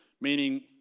meaning